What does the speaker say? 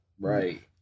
right